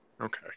okay